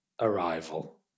arrival